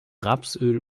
rapsöl